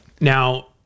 Now